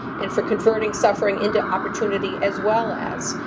and for converting suffering into opportunity, as well as,